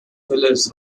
phillips